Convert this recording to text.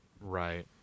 Right